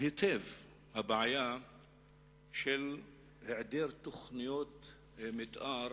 היטב הבעיה של העדר תוכניות מיתאר